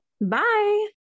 Bye